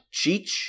Cheech